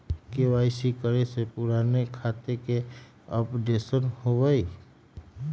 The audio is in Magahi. के.वाई.सी करें से पुराने खाता के अपडेशन होवेई?